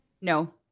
No